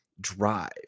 drive